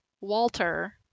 Walter